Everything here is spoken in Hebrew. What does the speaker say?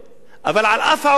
אבל על אף העובדה הזאת,